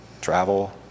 travel